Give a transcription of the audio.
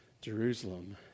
Jerusalem